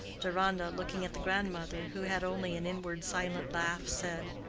deronda, looking at the grandmother, who had only an inward silent laugh, said,